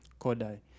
kodai